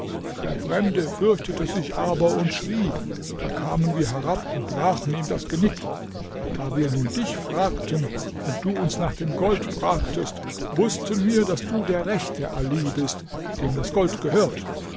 der fremde fürchtete sich aber und schrie da kamen wir herab und brachen ihm das genick da wir nun dich fragten und du uns nach dem gold fragtest wußten wir daß du der rechte ali bist dem das gold gehört